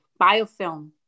biofilm